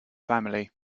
family